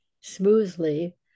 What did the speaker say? smoothly